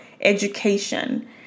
education